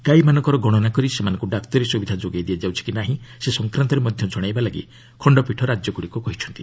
ଗାଇମାନଙ୍କର ଗଣନା କରି ସେମାନଙ୍କୁ ଡାକ୍ତରୀ ସୁବିଧା ଯୋଗାଇ ଦିଆଯାଉଛି କି ନାହିଁ ସେ ସଂକ୍ରାନ୍ତରେ ମଧ୍ୟ ଜଣାଇବାକୁ ଖଣ୍ଡପୀଠ ରାଜ୍ୟଗୁଡ଼ିକୁ କହିଛନ୍ତି